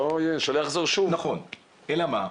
אלא מה?